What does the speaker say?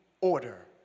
order